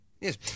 Yes